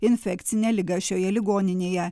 infekcine liga šioje ligoninėje